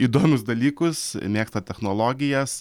įdomius dalykus mėgsta technologijas